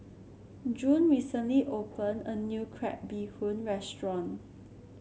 June recently opened a new Crab Bee Hoon restaurant